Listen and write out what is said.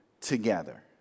together